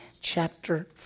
chapter